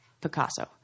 Picasso